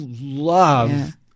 love